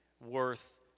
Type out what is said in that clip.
worth